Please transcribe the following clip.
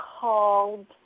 called